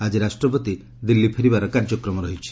ଆଜି ରାଷ୍ଟ୍ରପତି ଦିଲ୍ଲୀ ଫେରିବାର କାର୍ଯ୍ୟକ୍ରମ ରହିଛି